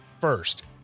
first